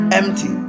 empty